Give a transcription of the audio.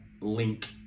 link